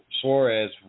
Suarez